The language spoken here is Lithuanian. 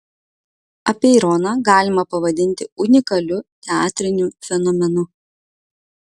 apeironą galima pavadinti unikaliu teatriniu fenomenu